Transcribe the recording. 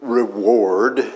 reward